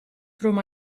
through